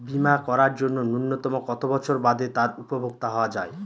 বীমা করার জন্য ন্যুনতম কত বছর বাদে তার উপভোক্তা হওয়া য়ায়?